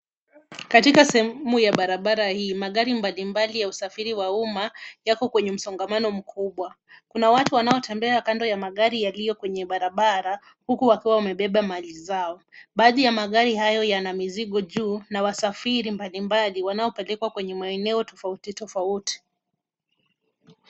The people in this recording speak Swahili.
Katika sehemu ya barabara hii, magari mbalimbali ya usafiri wa umma, yako kwenye msongomano mkubwa ,Kuna watu wanaotembea kando ya magari yaliyo kwenye barabara huku wakiwa wamebeba mali zao .Baadhi ya magari hayo yana mizigo juu na wasafiri mbalimbali wanaoapelekwa kwenye maeneo tofauti tofauti.